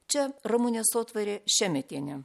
čia ramunė sotvarė šemetienė